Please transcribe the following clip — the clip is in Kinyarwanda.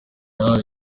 yahaye